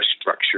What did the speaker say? structure